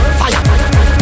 fire